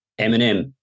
Eminem